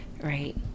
Right